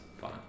fine